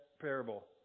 parable